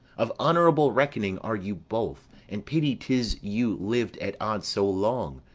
of honourable reckoning are you both, and pity tis you liv'd at odds so long.